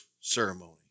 ceremony